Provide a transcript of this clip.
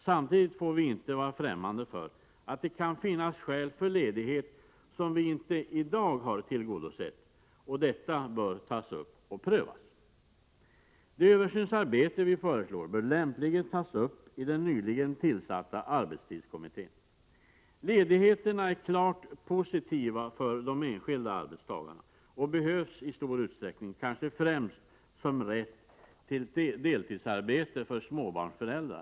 Samtidigt får vi inte vara främmande för att det kan finnas skäl för ledighet som vi inte i dag har tagit hänsyn till, och detta bör tas upp och prövas. Det översynsarbete som vi föreslår bör lämpligen tas upp i den nyligen tillsatta arbetstidskommittén. Ledigheterna är klart positiva för de enskilda arbetstagarna och behövs i stor utsträckning, kanske främst som rätt till deltidsarbete för småbarnsföräldrar.